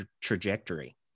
trajectory